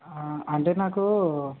అంటే నాకు